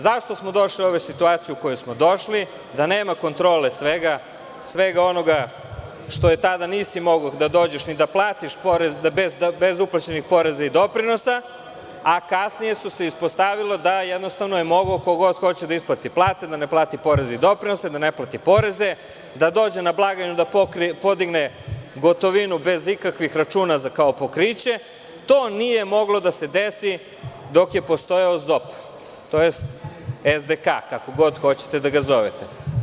Zašto smo došli u ovu situaciju do koje smo došli, da nema kontrole svega onoga što tada nisi mogao da dođeš ni da platiš porez, bez uplaćenih poreza i doprinosa, a kasnije se ispostavilo da je jednostavno mogao ko god hoće da isplati plate, da ne plati poreze i doprinose, da ne plati poreze, da dođe na blagajnu da podigne gotovinu bez ikakvih računa za kao pokriće, to nije moglo da se desi dok je postao ZOP, tj. SDK, kako god hoćete da ga zovete.